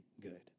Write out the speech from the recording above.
good